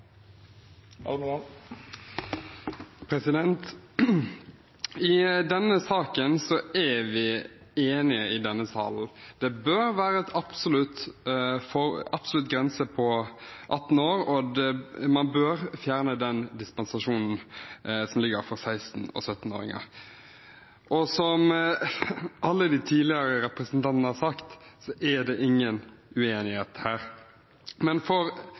I denne saken er vi enige i denne salen. Det bør være en absolutt grense på 18 år, og man bør fjerne dispensasjonen for 16- og 17-åringer. Som alle de tidligere representantene har sagt, er det ingen uenighet her, men for